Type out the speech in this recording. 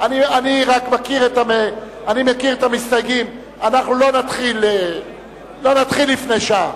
אני מכיר את המסתייגים, אנחנו לא נתחיל לפני שעה.